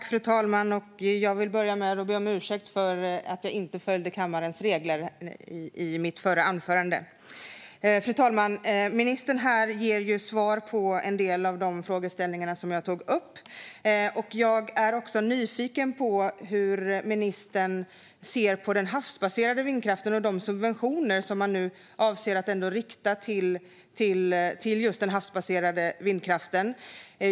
Fru talman! Jag vill börja med att be om ursäkt för att jag inte följde kammarens regler i min förra replik. Fru talman! Ministern ger här svar på en del av de frågeställningar som jag tog upp. Jag är också nyfiken på hur ministern ser på den havsbaserade vindkraften och de subventioner som man nu avser att rikta till just den havsbaserade vindkraften.